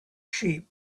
sheep